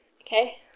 okay